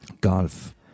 Golf